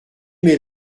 mes